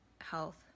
health